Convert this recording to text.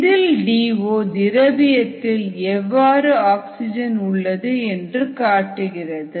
இதில் D O திரவியத்தில் எவ்வளவு ஆக்சிஜன் உள்ளது என்று காட்டுகிறது